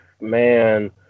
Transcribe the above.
Man